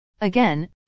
Again